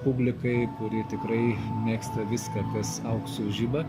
publikai kuri tikrai mėgsta viską kas auksu žiba